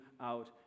out